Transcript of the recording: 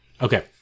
Okay